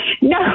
No